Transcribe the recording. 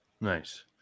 nice